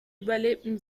überlebten